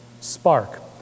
spark